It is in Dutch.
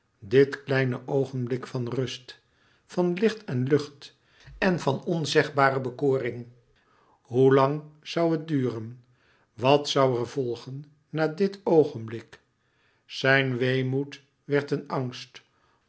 dit kleine oogenblik van rust van licht en lucht en van onzegbare bekoring hoe lang zoû het duren wat zoû er volgen na dit oogenblik zijn weemoed werd een angst